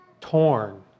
torn